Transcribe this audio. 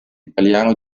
italiano